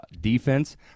defense